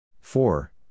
Four